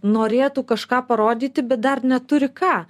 norėtų kažką parodyti bet dar neturi ką